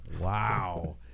Wow